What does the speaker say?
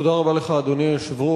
תודה רבה לך, אדוני היושב-ראש.